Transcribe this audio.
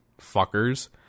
fuckers